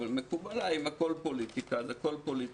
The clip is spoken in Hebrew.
אבל מקובל עליי, אם הכול פוליטיקה, אז